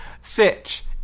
Sitch